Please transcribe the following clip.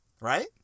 right